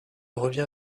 revient